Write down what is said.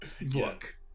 look